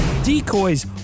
decoys